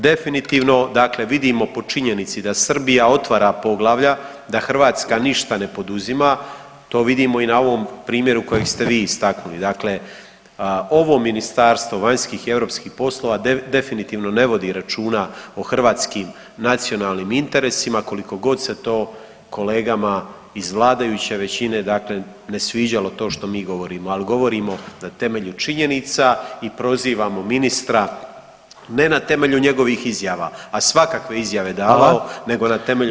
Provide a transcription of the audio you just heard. Definitivno dakle vidimo po činjenici da Srbija otvara poglavlja, da Hrvatska ništa ne poduzima, to vidimo i na ovom primjeru kojeg ste vi istaknuli, dakle ovo Ministarstvo vanjskih i europskih poslova definitivno ne vodi računa o hrvatskim nacionalnim interesima koliko god se to kolegama iz vladajuće većine dakle ne sviđalo to što mi govorimo, al govorimo na temelju činjenica i prozivamo ministra ne na temelju njegovih izjava, a svakakve je izjave davao, nego na temelju